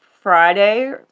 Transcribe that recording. Friday